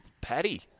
Paddy